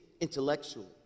intellectually